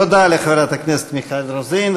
תודה לחברת הכנסת מיכל רוזין.